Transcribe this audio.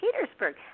Petersburg